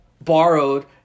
borrowed